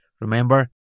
Remember